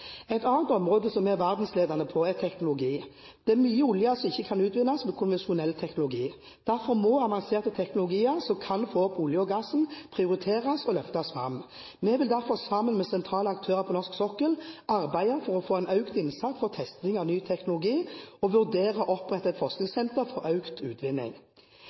Et annet område som vi er verdensledende på, er teknologi. Det er mye olje som ikke kan utvinnes med konvensjonell teknologi. Derfor må avanserte teknologier som kan få opp oljen og gassen, prioriteres og løftes fram. Vi vil derfor sammen med sentrale aktører på norsk sokkel arbeide for å få en økt innsats for testing av ny teknologi og vurdere å opprette et forskningssenter for økt utvinning.